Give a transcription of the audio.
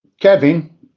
Kevin